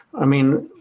i mean,